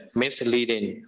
misleading